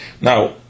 Now